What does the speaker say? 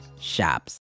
shops